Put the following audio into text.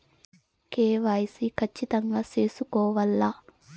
KYC ఖచ్చితంగా సేసుకోవాలా